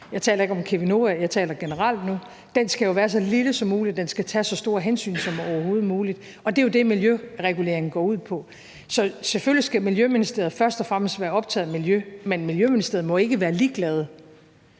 jeg taler ikke om Cheminova; jeg taler generelt nu – skal være så lille som muligt; den skal tage så store hensyn som overhovedet muligt. Det er jo det, miljøregulering går ud på. Så selvfølgelig skal Miljøministeriet først og fremmest være optaget af miljø, men Miljøministeriet må ikke være ligeglade